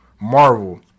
Marvel